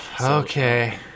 Okay